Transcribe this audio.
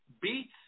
beats